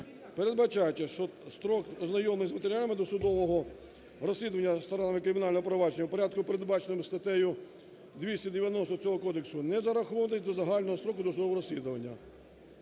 передбачаючи, що строк ознайомлення з матеріалами досудового розслідування сторонами кримінального провадження у порядку, передбаченому статтею 290 цього кодексу не зараховувати до загального строку досудового розслідування;